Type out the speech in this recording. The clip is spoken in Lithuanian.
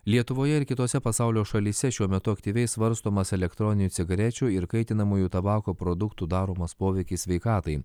lietuvoje ir kitose pasaulio šalyse šiuo metu aktyviai svarstomas elektroninių cigarečių ir kaitinamųjų tabako produktų daromas poveikis sveikatai